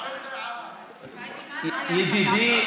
ידידי,